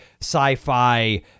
sci-fi